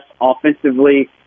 offensively